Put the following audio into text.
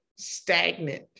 stagnant